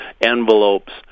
envelopes